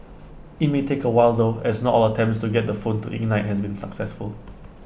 IT may take A while though as not all attempts to get the phone to ignite has been successful